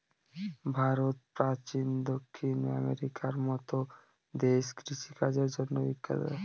ভারত, চীন, দক্ষিণ আমেরিকার মতো দেশ কৃষিকাজের জন্য বিখ্যাত